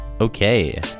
Okay